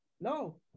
No